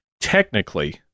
technically